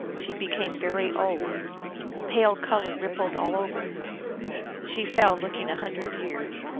she became very old a pale color rippled all over her she fell, looking a hundred years,